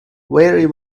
very